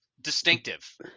distinctive